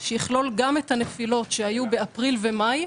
שיכלול גם את הנפילות שהיו באפריל ובמאי,